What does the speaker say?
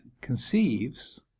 conceives